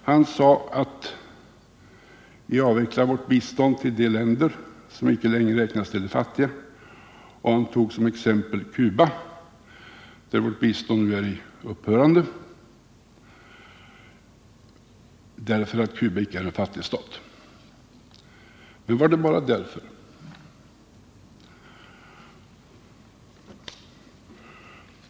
Han sade att vi avvecklar vårt bistånd till de länder som inte längre räknas till de fattiga, och han tog som exempel Cuba. Vårt bistånd dit är på väg att upphöra därför att Cuba icke är en fattig stat. Men var det bara därför?